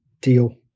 deal